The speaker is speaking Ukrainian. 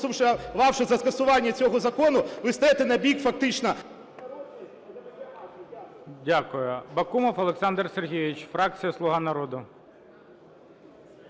проголосувавши за скасування цього закону, ви стаєте на бік фактично… Дякую.